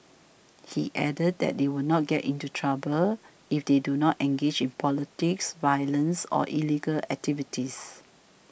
he added that they would not get into trouble if they do not engage in politics violence or illegal activities